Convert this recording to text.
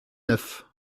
neuf